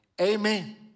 Amen